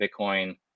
Bitcoin